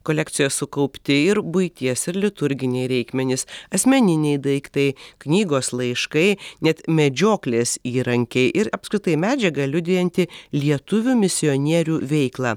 kolekcijoj sukaupti ir buities ir liturginiai reikmenys asmeniniai daiktai knygos laiškai net medžioklės įrankiai ir apskritai medžiaga liudijanti lietuvių misionierių veiklą